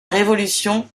révolution